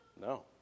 No